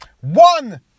One